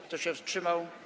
Kto się wstrzymał?